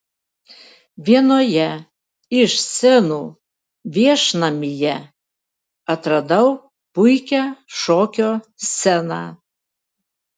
vienoje iš scenų viešnamyje atradau puikią šokio sceną